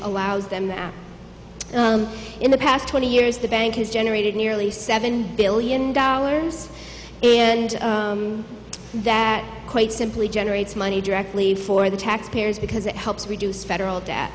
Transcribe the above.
allows them that in the past twenty years the bank has generated nearly seven billion dollars and that quite simply generates money directly for the taxpayers because it helps reduce federal d